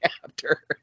chapter